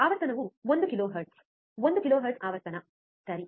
ಆವರ್ತನವು ಒಂದು ಕಿಲೋಹೆರ್ಟ್ಜ್ ಒಂದು ಕಿಲೋಹೆರ್ಟ್ಜ್ ಆವರ್ತನ ಸರಿ